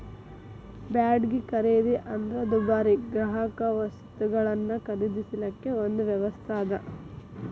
ಬಾಡ್ಗಿ ಖರೇದಿ ಅಂದ್ರ ದುಬಾರಿ ಗ್ರಾಹಕವಸ್ತುಗಳನ್ನ ಖರೇದಿಸಲಿಕ್ಕೆ ಒಂದು ವ್ಯವಸ್ಥಾ ಅದ